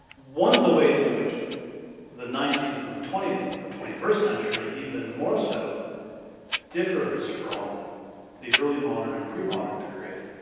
one of the ways in which the nineteenth and twentieth and the twenty first century even more so differs from the early modern and pre-modern period